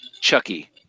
Chucky